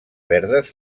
verdes